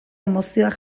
emozioak